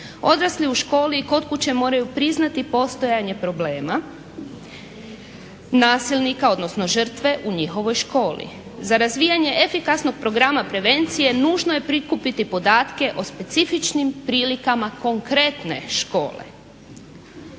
Odrasli u školi i kod kuće moraju priznati postojanje problema nasilnika odnosno žrtve u njihovoj školi. Za razvijanje efikasnog programa prevencije nužno je prikupiti podatke o specifičnim prilikama konkretne škole.